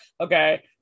okay